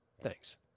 Thanks